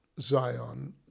Zion